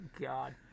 God